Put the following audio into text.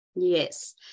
Yes